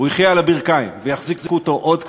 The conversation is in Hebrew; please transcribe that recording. הוא יחיה על הברכיים, ויחזיקו אותו עוד קצת,